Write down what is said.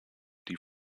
die